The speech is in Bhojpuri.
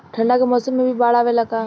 ठंडा के मौसम में भी बाढ़ आवेला का?